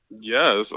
Yes